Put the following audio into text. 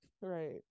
Right